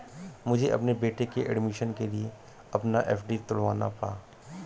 मुझे अपने बेटे के एडमिशन के लिए अपना एफ.डी तुड़वाना पड़ा